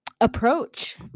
approach